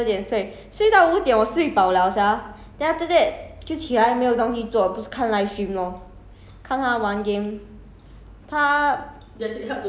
那时我我好像不知道几点睡 ah 十二十一点十二点睡到五点我睡饱 liao sia then after that 就起来没有东西做不是看 livestream lor